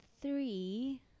three